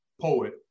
poet